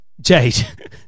Jade